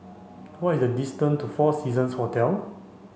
what is the distance to Four Seasons Hotel